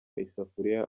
isafuriya